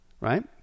right